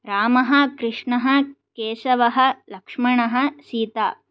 रामः कृष्णः केशवः लक्ष्मणः सीता